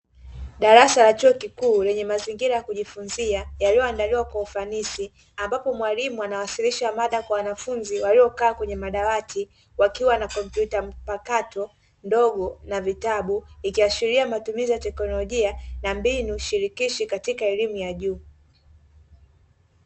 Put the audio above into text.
Darasa la chuo kikuu lenye mazingira ya kujifunzia yaliyoandaliwa kwa ufanisi, ambapo mwalimu anawasilisha mada kwa wanafunzi waliokaa kwenye madawati, wakiwa na komputa mpakato ndogo na vitabu, ikiashiria matumizi ya teknolojia na mbinu shirikishi katika elimu ya juu.